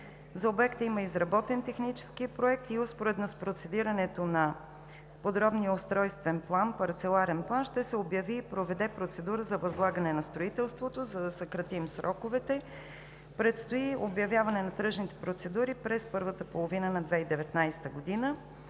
За обекта има изработен технически проект. Успоредно с процедирането на Подробния устройствен план – парцеларен план, ще се обяви и проведе процедура за възлагане на строителството. За да съкратим сроковете, предстои обявяване на тръжните процедури през първата половина на 2019 г.,